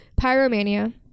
Pyromania